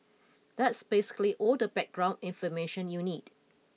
that's basically all the background information you need